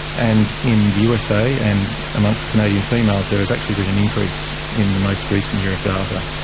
and in the usa and amongst canadian females there has actually been an increase in the most recent year of data.